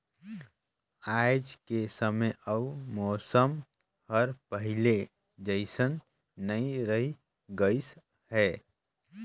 आयज के समे अउ मउसम हर पहिले जइसन नइ रही गइस हे